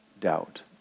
doubt